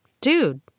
dude